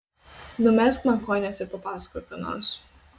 numegzk man kojines ir papasakok ką nors